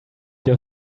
your